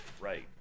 right